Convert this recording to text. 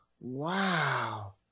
wow